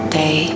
day